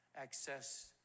access